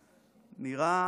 נראה לכאורה